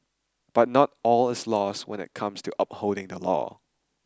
but not all is lost when it comes to upholding the law